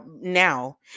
now